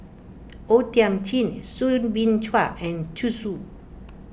O Thiam Chin Soo Bin Chua and Zhu Xu